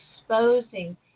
exposing